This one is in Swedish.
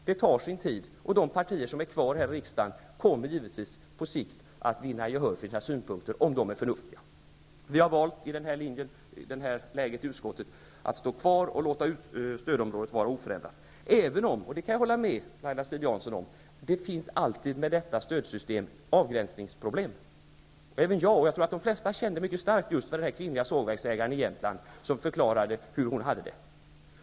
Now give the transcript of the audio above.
Det tar sin tid, och de partier som är kvar i riksdagen kommer givetvis på sikt att vinna gehör för sina synpunkter om de är förnuftiga. I det här läget har vi i utskottet valt att låta stödområdet förbli oförändrat, även om jag kan hålla med Laila Strid-Jansson om att det alltid kommer att finnas avgränsningsproblem med detta stödsystem. Även jag, och jag tror de flesta, kände mycket start för den kvinnliga sågverksägare i Jämtland som förklarade hur hon hade det.